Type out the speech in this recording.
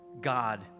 God